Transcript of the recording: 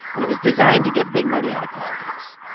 and it was designed to get big money out of politics.